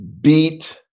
beat